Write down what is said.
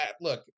look